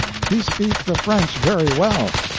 he speak the french very well.